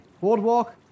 boardwalk